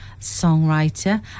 songwriter